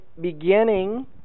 beginning